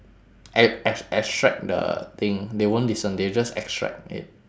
ex~ ex~ extract the thing they won't listen they will just extract it